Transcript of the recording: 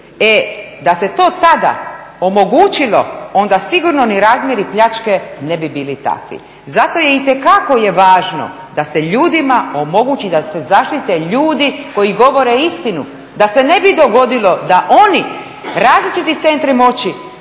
E da se to tada omogućilo, onda sigurno ni … ni pljačke ne bi bili takvi. Zato itekako je važno da se ljudima omogući, da se zaštite ljudi koji govore istinu, da se ne bi dogodilo da oni različiti … moći